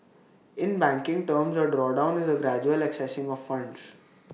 in banking terms A drawdown is A gradual accessing of funds